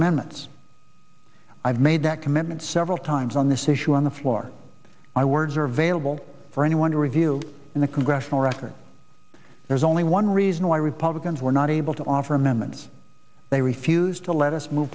amendments i've made that commitment several times on this issue on the floor my words are available for anyone to review in the congressional record there's only one reason why republicans were not able to offer amendments they refused to let us move